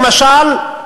למשל,